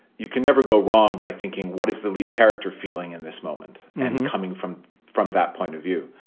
you can never go wrong by thinking what is the lead character feeling in this moment and coming from from that point of view.